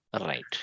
Right